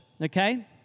okay